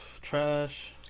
trash